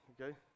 okay